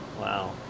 wow